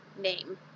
name